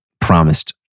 promised